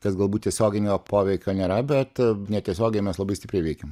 kas galbūt tiesioginio poveikio nėra bet netiesiogiai mes labai stipriai veikiam